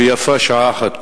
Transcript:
ויפה שעה אחת קודם.